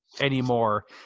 Anymore